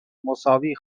مساوی